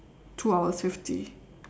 two hours fifty